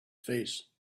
face